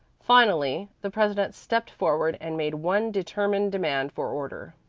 finally the president stepped forward and made one determined demand for order.